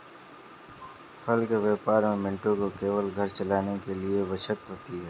फल के व्यापार में मंटू को केवल घर चलाने लायक बचत होती है